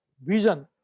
vision